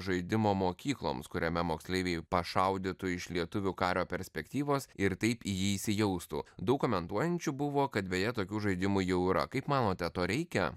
žaidimo mokykloms kuriame moksleiviai pašaudytų iš lietuvių kario perspektyvos ir taip į jį įsijaustų daug komentuojančių buvo kad beje tokių žaidimų jau yra kaip manote to reikia